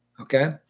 okay